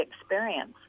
experience